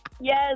Yes